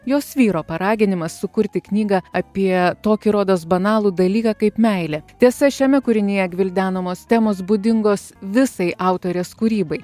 jos vyro paraginimas sukurti knygą apie tokį rodos banalų dalyką kaip meilė tiesa šiame kūrinyje gvildenamos temos būdingos visai autorės kūrybai